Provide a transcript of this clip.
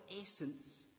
essence